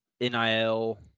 NIL